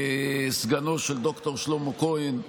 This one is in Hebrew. כסגנו של ד"ר שלמה כהן,